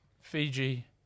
Fiji